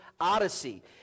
Odyssey